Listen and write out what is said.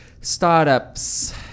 startups